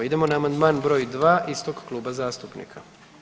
Idemo na amandman br. 2. istog kluba zastupnika.